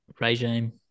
Regime